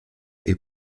est